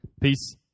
Peace